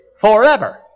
forever